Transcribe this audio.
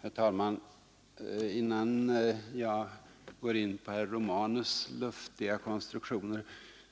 Herr talman! Innan jag går in på herr Romanus” luftiga konstruktioner